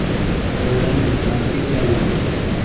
Online भुगतान के क्या लाभ हैं?